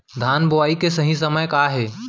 धान बोआई के सही समय का हे?